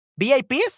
VIPs